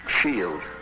shield